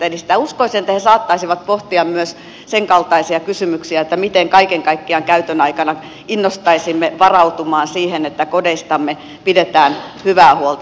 uskoisin että he saattaisivat pohtia myös sen kaltaisia kysymyksiä miten kaiken kaikkiaan käytön aikana innostaisimme varautumaan siihen että kodeistamme pidetään kaikkinensa hyvää huolta